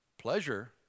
Pleasure